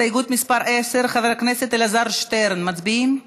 הסתייגות מס' 10, חבר הכנסת אלעזר שטרן, מצביעים?